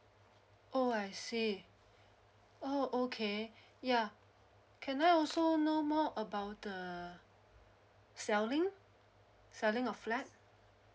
oh I see oh okay ya can I also know more about the selling selling of flat